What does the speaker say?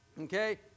okay